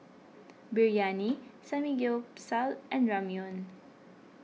Biryani Samgyeopsal and Ramyeon